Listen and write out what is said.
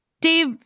Dave